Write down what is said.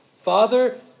Father